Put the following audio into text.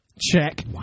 check